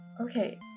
Okay